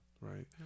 right